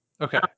Okay